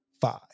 five